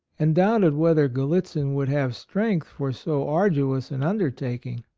and doubted whether gallitzin would have strength for so arduous an undertaking.